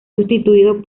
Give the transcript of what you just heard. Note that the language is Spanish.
sustituido